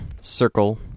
circle